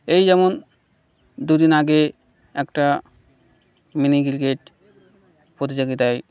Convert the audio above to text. এই যেমন দুদিন আগে একটা মিনি ক্রিকেট প্রতিযোগিতায়